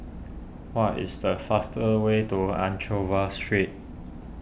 what is the faster way to Anchorvale Street